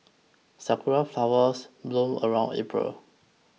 sakura flowers bloom around April